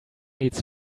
needs